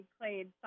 played